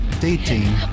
dating